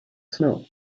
snow